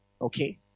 Okay